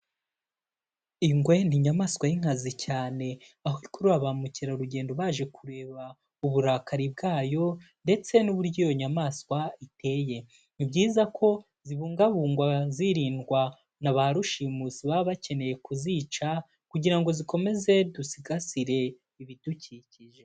Ingwe ni inyamaswa y'inkazi cyane, aho ikurura ba mukerarugendo baje kureba uburakari bwayo ndetse n'uburyo iyo nyamaswa iteye. Ni byiza ko zibungabungwa zirindwa na ba rushimusi baba bakeneye kuzica kugira ngo zikomeze, dusigasire ibidukikije.